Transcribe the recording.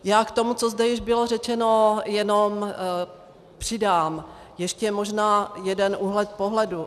Já k tomu, co zde již bylo řečeno, jenom přidám ještě možná jeden úhel pohledu.